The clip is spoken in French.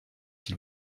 s’il